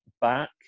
back